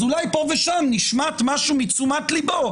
אז אולי פה ושם נשמט משהו מתשומת ליבו,